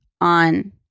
on